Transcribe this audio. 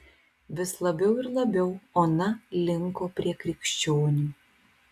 vis labiau ir labiau ona linko prie krikščionių